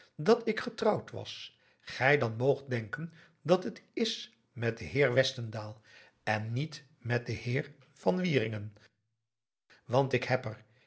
dat ik getrouwd was gij dan moogt denken dat het is met den heer westendaal en niet met den heer van wieringen want ik heb er